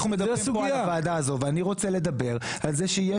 אנחנו מדברים כאן על הוועדה הזאת ואני רוצה לדבר על כך שיש